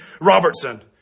Robertson